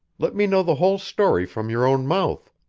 let me know the whole story from your own mouth.